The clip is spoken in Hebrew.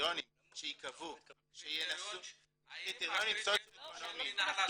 בקריטריונים שייקבעו --- האם --- מינהל הסטודנטים?